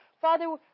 Father